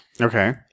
Okay